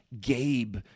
Gabe